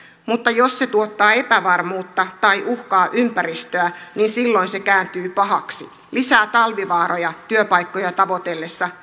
mutta jos se tuottaa epävarmuutta tai uhkaa ympäristöä niin silloin se kääntyy pahaksi lisää talvivaaroja työpaikkoja tavoitellessa